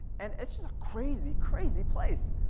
and it's just a crazy crazy place.